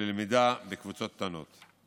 ולמידה בקבוצות קטנות.